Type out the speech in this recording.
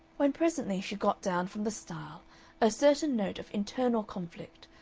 when presently she got down from the stile a certain note of internal conflict,